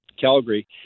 Calgary